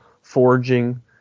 forging